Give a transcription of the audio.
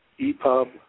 EPUB